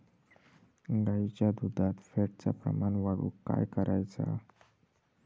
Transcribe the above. गाईच्या दुधात फॅटचा प्रमाण वाढवुक काय करायचा?